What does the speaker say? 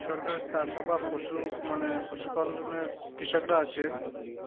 সরকারের টাকা বা পশু মানে পশুপালনের কৃষকরা আছেন